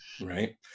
Right